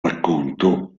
racconto